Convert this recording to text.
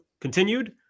continued